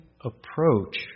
approach